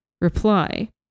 reply